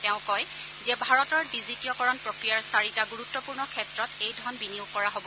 তেওঁ কয় যে ভাৰতৰ ডিজিটীয়কৰণ প্ৰক্ৰিয়াৰ চাৰিটা গুৰুত্বপূৰ্ণ ক্ষেত্ৰত এই ধন বিনিয়োগ কৰা হ'ব